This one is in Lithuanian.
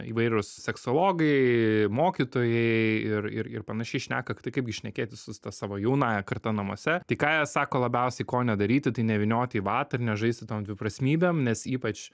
įvairūs seksologai mokytojai ir ir ir panašiai šneka tai kaip gi šnekėtis su ta savo jaunąja karta namuose tai ką jie sako labiausiai ko nedaryti tai nevynioti į vatą ir nežaisti tom dviprasmybėm nes ypač